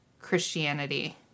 Christianity